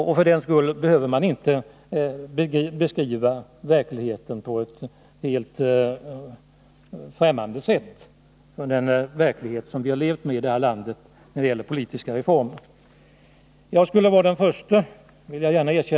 Men för den skull behöver man inte ge en verklighetsfrämmande beskrivning av de politiska reformer som genomförts i vårt land.